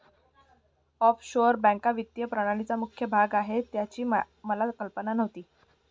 offshore बँका वित्तीय प्रणालीचा मुख्य भाग आहेत याची मला कल्पना नव्हती